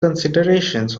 considerations